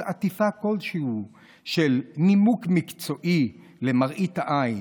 עטיפה כלשהי של נימוק מקצועי למראית עין.